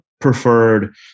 preferred